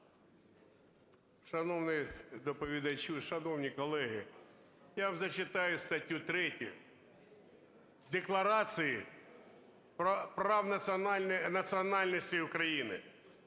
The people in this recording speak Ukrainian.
шановні колеги, я вам зачитаю статтю 3 Декларації прав національностей України: